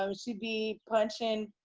so she'd be punching,